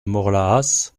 morlaàs